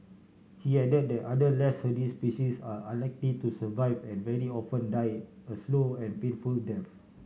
he added that other less hardy species are unlikely to survive and very often die a slow and painful death